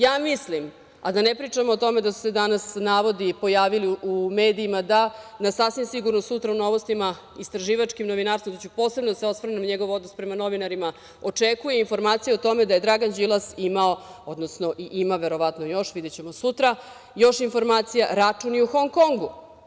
Ja mislim, a da ne pričamo o tome da su se danas navodi pojavili u medijima da na sasvim sigurno u novostima istraživačkim novinarstvom, gde ću posebno da se osvrnem na njegovo odnos prema novinarima, očekuje informacija da je Dragan Đilas imao, odnosno i ima verovatno još, videćemo sutra još informacija, račun i u Hongkongu.